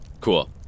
Cool